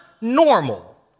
normal